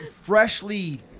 freshly